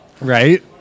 Right